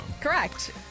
Correct